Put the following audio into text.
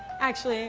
actually